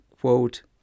Quote